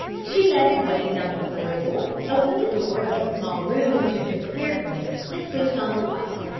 she led the way down the corridor, opened the door of a small room which had been prepared for him, and switched on the light.